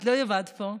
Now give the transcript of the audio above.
את לא לבד פה.